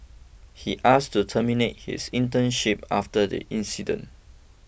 he asked to terminate his internship after the incident